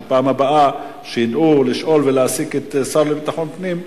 שבפעם הבאה ידעו לשאול ולהעסיק את השר לביטחון פנים,